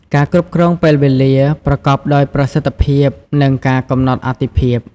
ការគ្រប់គ្រងពេលវេលា ប្រកបដោយប្រសិទ្ធភាព និងការកំណត់អាទិភាព។